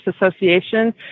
Association